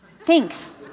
Thanks